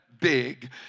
big